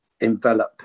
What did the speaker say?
envelop